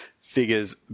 figures